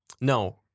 No